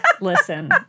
listen